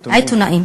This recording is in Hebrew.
עיתונאים.